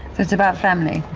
it's about family?